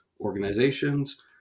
organizations